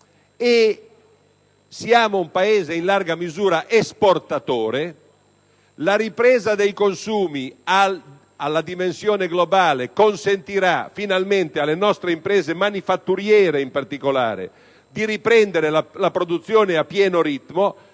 alta qualità e in larga misura esportatore e la ripresa dei consumi alla dimensione globale consentirà finalmente alle nostre imprese, manifatturiere in particolare, di riprendere la produzione a pieno ritmo